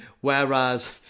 Whereas